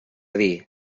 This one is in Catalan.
dir